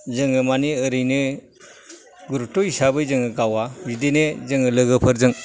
जोङो मानि ओरैनो गुरुत' हिसाबै जोङो गावा बिदिनो जोङो लोगोफोरजों